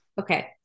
okay